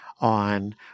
on